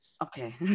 okay